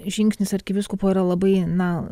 žingsnis arkivyskupo yra labai na